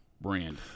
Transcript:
brand